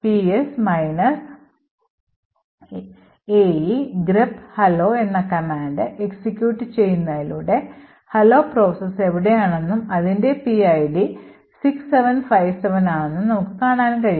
ps ae | grep hello എന്ന command execute ചെയ്യുന്നതിലൂടെ hello process എവിടെയാണെന്നും അതിന്റെ PID 6757 ആണെന്നും നമുക്ക് കാണാൻ കഴിയും